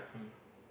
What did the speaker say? mm